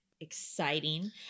exciting